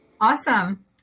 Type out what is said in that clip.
Awesome